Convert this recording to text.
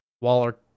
waller